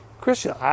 Christian